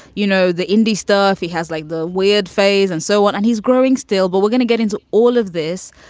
you know, the indie stuff. he has like the weird phase and so on and he's growing still. but we're gonna get into all of this.